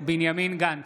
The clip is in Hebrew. בנימין גנץ,